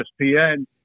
ESPN